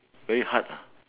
very hard ah